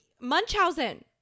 munchausen